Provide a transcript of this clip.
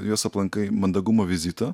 juos aplankai mandagumo vizito